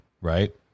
right